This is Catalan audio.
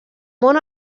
món